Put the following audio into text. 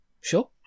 sure